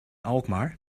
alkmaar